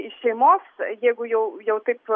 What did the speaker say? iš šeimos jeigu jau jau taip